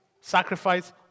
sacrifice